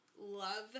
love